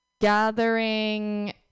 Gathering